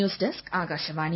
news desk Akashvani